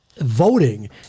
Voting